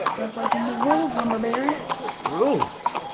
they're breaking the rules lumber baron. what rules?